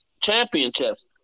championships